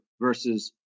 versus